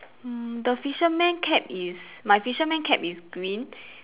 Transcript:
mm the fisherman cap is my fisherman cap is green